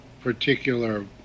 particular